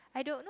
I don't know